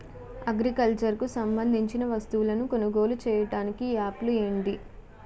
Agriculture కు సంబందించిన వస్తువులను కొనుగోలు చేయటానికి యాప్లు ఏంటి?